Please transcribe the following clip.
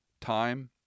time